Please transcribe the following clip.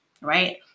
right